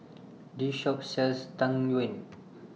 This Shop sells Tang Yuen